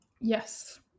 Yes